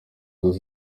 zose